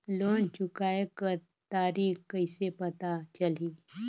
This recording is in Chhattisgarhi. लोन चुकाय कर तारीक कइसे पता चलही?